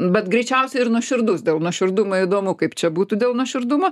bet greičiausiai ir nuoširdus dėl nuoširdumo įdomu kaip čia būtų dėl nuoširdumo